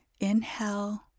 Inhale